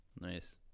Nice